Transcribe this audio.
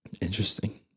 interesting